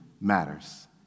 matters